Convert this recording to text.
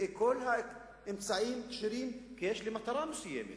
כל האמצעים יהיו כשרים, כי יש לי מטרה מסוימת